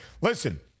listen